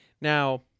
now